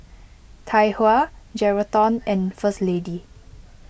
Tai Hua Geraldton and First Lady